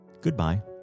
goodbye